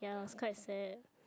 I was quite sad